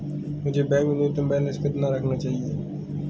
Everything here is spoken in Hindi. मुझे बैंक में न्यूनतम बैलेंस कितना रखना चाहिए?